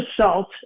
salt